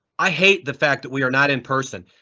i hate the fact that we're not in person.